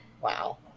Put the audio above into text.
Wow